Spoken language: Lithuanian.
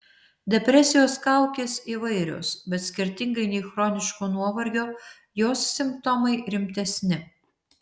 depresijos kaukės įvairios bet skirtingai nei chroniško nuovargio jos simptomai rimtesni